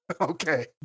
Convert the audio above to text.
okay